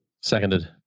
Seconded